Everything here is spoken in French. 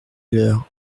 leur